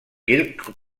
quelques